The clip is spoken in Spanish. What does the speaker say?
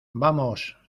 vamos